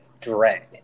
dread